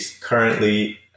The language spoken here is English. currently